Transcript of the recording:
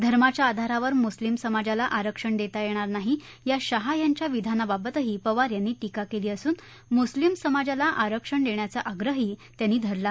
धर्माच्या आधारावर मुस्लिम समाजाला आरक्षण देता येणार नाही या शहा यांच्या विधानाबाबतही पवार यांनी टिका केली असुन मुस्लिम समाजाला आरक्षण देण्याचा आग्रही त्यांनी धरला